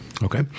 Okay